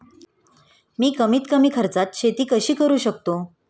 मी कमीत कमी खर्चात शेती कशी करू शकतो?